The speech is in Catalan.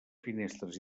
finestres